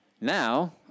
now